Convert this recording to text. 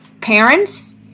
parents